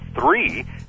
three